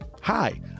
Hi